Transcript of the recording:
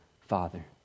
Father